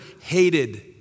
hated